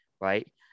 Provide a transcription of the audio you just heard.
Right